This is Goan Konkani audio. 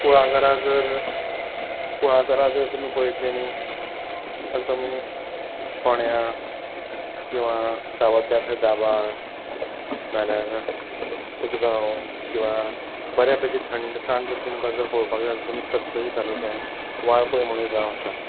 कुळागरां जर कुळागरां जर तुमी पयत्लीं न्ही जाल तुमी फोंड्यां किंवा सावड्ड्या थंय दाबाळ नाल्यार उसगांव किंवा बऱ्या पेकी थंडसाण जर तुमकां जर पोळोवपाक जाय जाल्या तुमी सत्तरी तालुक्यान वाळपय म्हुणू एक गांव आसा